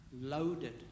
Loaded